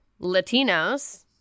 Latinos